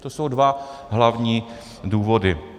To jsou dva hlavní důvody.